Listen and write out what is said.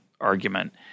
argument